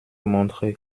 montrer